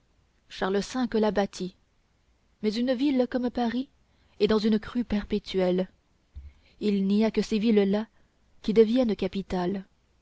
charles v la bâtit mais une ville comme paris est dans une crue perpétuelle il n'y a que ces villes là qui deviennent capitales